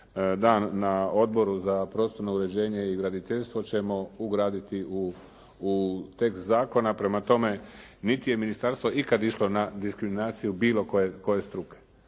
na Odboru za prostorno uređenje i graditeljstvo ćemo ugraditi u tekst zakona. Prema tome, niti je ministarstvo ikada išlo na diskriminaciju bilo koje struke.